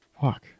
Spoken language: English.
Fuck